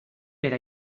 per